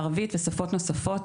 הערבית ושפות נוספות.